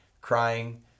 crying